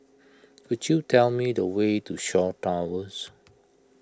could you tell me the way to Shaw Towers